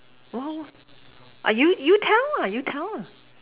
oh ah you you tell lah you tell lah